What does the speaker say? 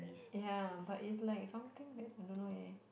ya but it's like something that I don't know eh